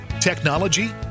technology